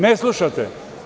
Ne slušate.